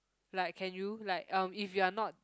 like can you like um if you are not